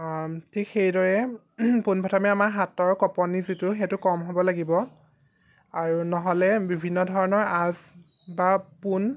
ঠিক সেইদৰে পোনপ্ৰথমে আমাৰ হাতৰ কঁপনি যিটো সেইটো কম হ'ব লাগিব আৰু নহ'লে বিভিন্ন ধৰণৰ আঁচ বা পোন